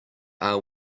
are